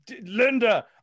Linda